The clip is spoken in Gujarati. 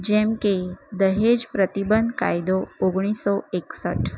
જેમકે દહેજ પ્રતિબંધ કાયદો ઓગણીસો એકસઠ